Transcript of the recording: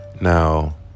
Now